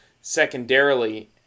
secondarily